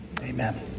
Amen